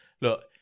Look